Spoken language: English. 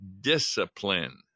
Discipline